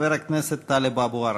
חבר הכנסת טלב אבו עראר.